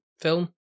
film